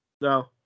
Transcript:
no